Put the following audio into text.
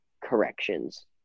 corrections